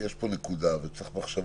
יש בו עניין שדורש מחשבה.